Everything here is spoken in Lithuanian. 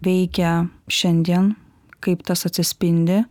veikia šiandien kaip tas atsispindi